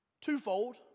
twofold